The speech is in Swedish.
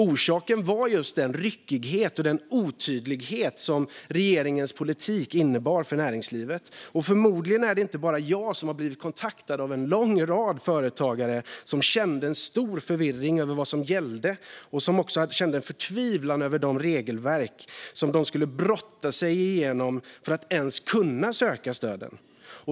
Orsaken var just den ryckighet och otydlighet som regeringens politik innebar för näringslivet. Förmodligen är det inte bara jag som har blivit kontaktad av en lång rad företagare som kände en stor förvirring över vad som gällde och som också kände förtvivlan över de regelverk som de skulle brotta sig igenom för att ens kunna söka stöden.